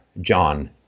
John